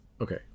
okay